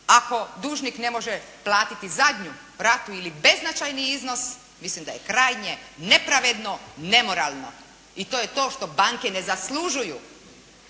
Ako dužnik ne može platiti zadnju ratu ili beznačajni iznos mislim da je krajnje nepravedno, nemoralno i to je to što banke ne zaslužuju.